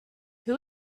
who